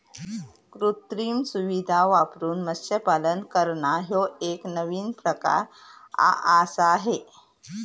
कृत्रिम सुविधां वापरून मत्स्यपालन करना ह्यो एक नवीन प्रकार आआसा हे